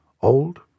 old